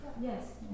Yes